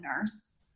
nurse